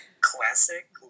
classic